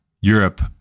Europe